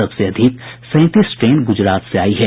सबसे अधिक सैंतीस ट्रेन गुजरात से आयी हैं